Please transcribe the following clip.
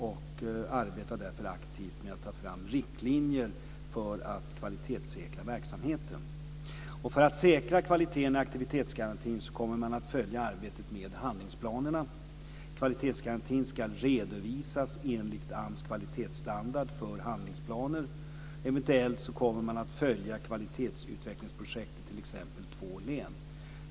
Därför arbetar AMS aktivt med att ta fram riktlinjer för att kvalitetssäkra verksamheten. För att säkra kvaliteten i aktivitetsgarantin kommer man att följa arbetet med handlingsplanerna. Kvalitetsgarantin ska redovisas enligt AMS kvalitetsstandard för handlingsplaner. Eventuellt kommer man att följa kvalitetsutvecklingsprojekt i t.ex. två län.